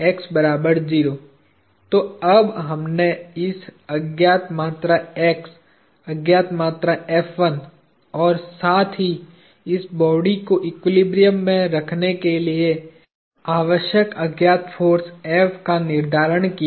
तो अब हमने इस अज्ञात मात्रा x अज्ञात मात्रा और साथ ही इस बॉडी को एक्विलिब्रियम में रखने के लिए आवश्यक अज्ञात फोर्सका निर्धारण किया